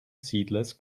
seedless